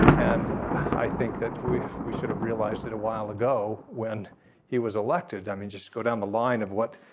and i think that we we should have realized that a while ago when he was elected i mean just go down the line of what.